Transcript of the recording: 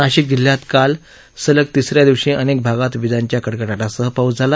नाशिक जिल्ह्यात काल सलग तिसऱ्या दिवशी अनेक भागात विजांच्या कडकडाटासह पाऊस झाला